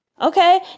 Okay